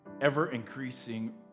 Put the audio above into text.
ever-increasing